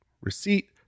Receipt